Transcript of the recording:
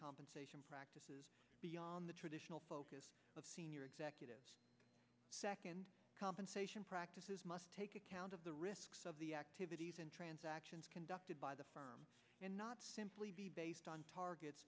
compensation practices beyond the traditional focus of senior executives second compensation practices must take account of the risks of the activities and transactions conducted by the firm simply based on targets